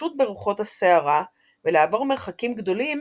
לשוט ברוחות הסערה, ולעבור מרחקים גדולים